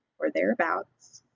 or thereabouts.